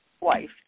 wife